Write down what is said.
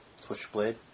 switchblade